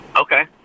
Okay